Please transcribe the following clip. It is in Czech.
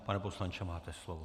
Pane poslanče, máte slovo.